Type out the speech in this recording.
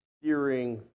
steering